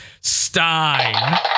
Stein